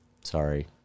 Sorry